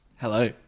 hello